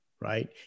right